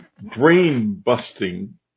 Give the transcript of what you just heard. brain-busting